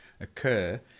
occur